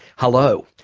hello.